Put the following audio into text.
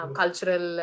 cultural